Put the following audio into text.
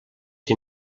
ser